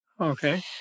Okay